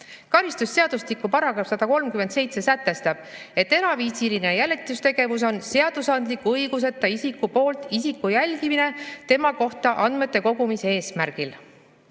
Karistusseadustiku § 137 sätestab, et eraviisiline jälitustegevus on seadusandliku õiguseta isiku poolt isiku jälgimine tema kohta andmete kogumise eesmärgil. Kuigi